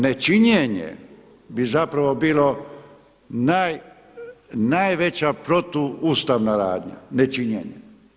Nečinjenje bi zapravo bilo najveća protuustavna radnja, nečinjenje.